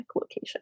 location